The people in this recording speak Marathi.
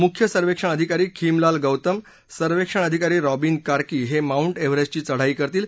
मुख्य सर्वेक्षण अधिकारी खीम लाल गौतम सर्वेक्षण अधिकारी राबीन कार्की हे माउंट एव्हरेस्टची चढाई करतील